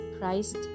Christ